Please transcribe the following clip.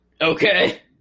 Okay